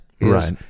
Right